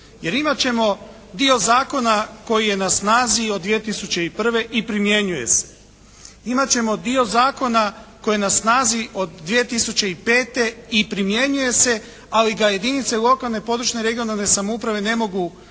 se. Imat ćemo dio zakona koji je na snazi od 2005. i primjenjuje se ali ga jedinice lokalne i područne regionalne samouprave ne mogu